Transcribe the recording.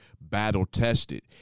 battle-tested